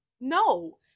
No